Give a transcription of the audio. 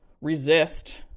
resist